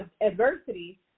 adversity